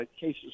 cases